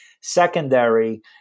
secondary